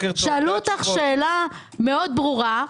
שאלו אותך שאלה מאוד ברורה,